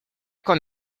con